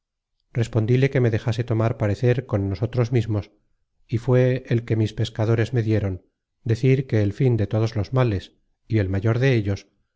respondíle que me dejase tomar parecer con nosotros mismos y fué el que mis pescadores me dieron decir que el fin de todos los males y el mayor de ellos